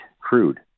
crude